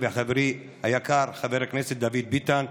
כרבע מיליון תלמידים.